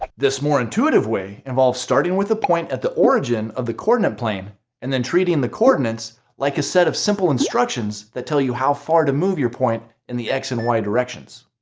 this more intuitive way involves starting with a point at the origin of the coordinate plane and then treating the coordinates like a set of simple instructions that tell you how far to move your point in the x and y directions.